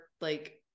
like-